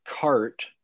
cart